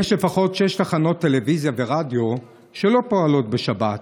יש לפחות שש תחנות טלוויזיה ורדיו שלא פועלות בשבת,